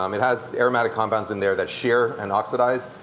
um it has aromatic compounds in there that sheer and oxidize.